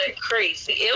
crazy